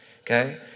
okay